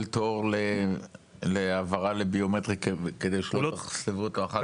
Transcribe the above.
תור להעברה לביומטרי כדי שלא יסחבו אותו אחר כך?